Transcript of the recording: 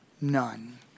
None